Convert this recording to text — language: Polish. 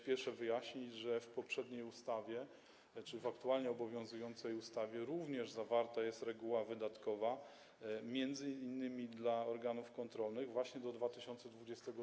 Spieszę wyjaśnić, że w poprzedniej ustawie, tzn. w aktualnie obowiązującej ustawie również zawarta jest reguła wydatkowa, m.in. dla organów kontrolnych, właśnie do 2022 r.